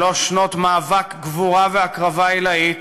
שלוש שנות מאבק, גבורה והקרבה עילאית